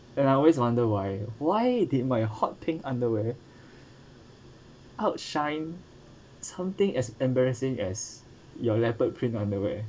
and I always wonder why why did my hot pink underwear outshine something as embarrassing as your leopard print underwear